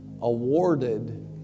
awarded